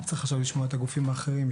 וצריך עכשיו לשמוע את הגופים האחרים.